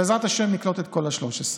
בעזרת השם נקלוט את כל ה-13.